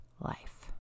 life